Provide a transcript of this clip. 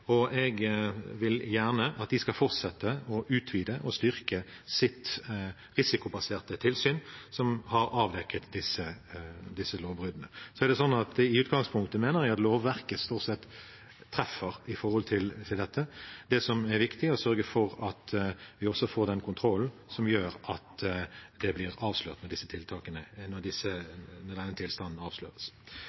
og jeg vil gjerne at de skal fortsette å utvide og styrke sitt risikobaserte tilsyn som har avdekket disse lovbruddene. I utgangspunktet mener jeg at lovverket stort sett treffer med tanke på dette. Det som er viktig, er å sørge for at vi får den kontrollen som gjør at denne tilstanden blir avslørt.